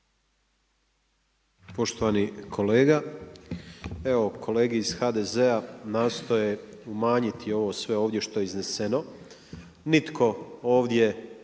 Poštovani kolega, evo kolege iz HDZ-a nastoje umanjiti ovo sve ovdje što je izneseno, nitko ovdje